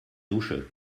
dusche